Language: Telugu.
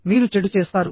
మీరు చెడు చేస్తారు